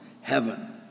heaven